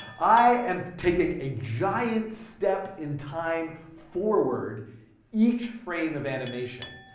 i am taking a giant step in time forward each frame of animation.